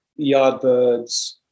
Yardbirds